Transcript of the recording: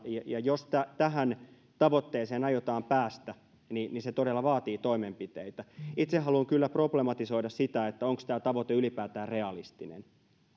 ja jos tähän tavoitteeseen aiotaan päästä niin se todella vaatii toimenpiteitä itse haluan kyllä problematisoida sitä onko tämä tavoite ylipäätään realistinen ja